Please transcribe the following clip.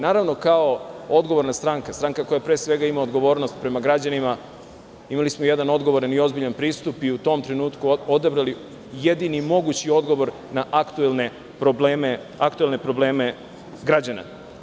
Naravno, kao odgovorna stranka, stranka koja pre svega ima odgovornost prema građanima, imali smo jedan odgovoran i ozbiljan pristup i u tom trenutku odabrali jedini mogući odgovor na aktuelne probleme građana.